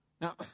Now